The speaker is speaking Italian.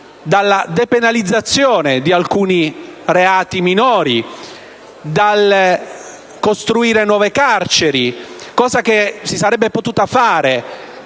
dalla depenalizzazione di alcuni reati minori, dal costruire nuove carceri (cosa che si sarebbe potuta fare